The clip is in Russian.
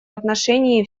отношении